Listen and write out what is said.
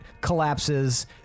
collapses